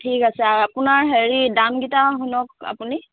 ঠিক আছে আপোনাৰ হেৰি দামকেইটা শুনক আপুনি